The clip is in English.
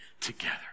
together